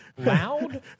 Loud